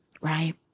right